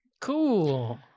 Cool